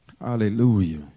Hallelujah